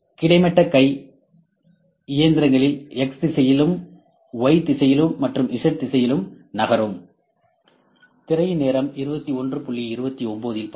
கிடைமட்ட கை இயந்திரங்களில் X இந்த திசையிலும் y இந்த திசையிலும்மற்றும் Z இந்த திசையிலும் நகரும்